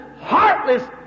heartless